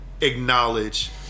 acknowledge